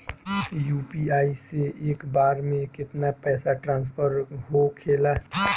UPI से एक बार मे केतना पैसा ट्रस्फर होखे ला?